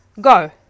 go